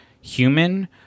human